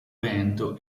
vento